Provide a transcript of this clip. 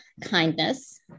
kindness